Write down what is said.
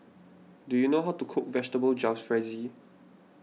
do you know how to cook Vegetable Jalfrezi